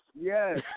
Yes